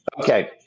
Okay